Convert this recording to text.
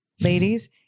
Ladies